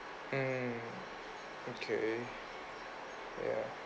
mm okay ya